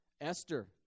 Esther